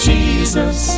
Jesus